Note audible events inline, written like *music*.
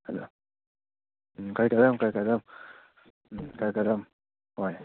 ꯎꯝ *unintelligible* ꯎꯝ *unintelligible* ꯍꯣꯏ